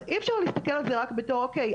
אז אי אפשר להסתכל על זה רק בתור "אוקיי,